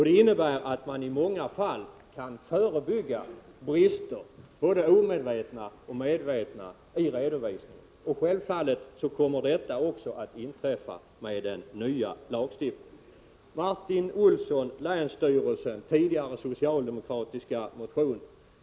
Det innebär att man i många fall kan förebygga brister, både omedvetna och medvetna, i redovisningen. Martin Olsson hänvisar till länsstyrelserna och tidigare socialdemokratiska motioner.